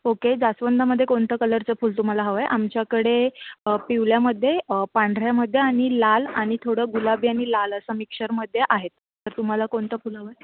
okay जास्वंदामध्ये कोणतं कलरचं फूल तुम्हाला हवं आहे आमच्याकडे पिवळ्यामध्ये पांढऱ्यामध्येआणि लाल आणि थोडं गुलाबी आणि लाल असं मिक्सचरमध्ये आहेत तर तुम्हाला कोणतं फूल हवं आहे